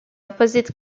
opposite